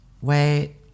Wait